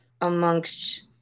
amongst